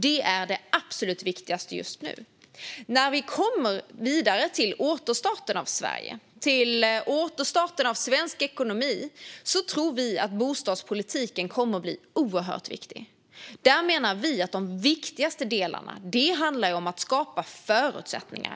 Det är det absolut viktigaste just nu. När vi kommer vidare till återstarten av Sverige och svensk ekonomi tror vi att bostadspolitiken kommer att bli oerhört viktig. Där menar vi att de viktigaste delarna handlar om att skapa förutsättningar.